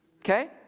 Okay